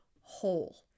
whole